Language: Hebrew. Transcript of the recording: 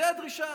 זו הדרישה.